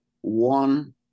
one